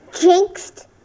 Jinxed